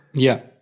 yeah,